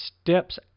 steps